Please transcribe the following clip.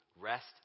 rest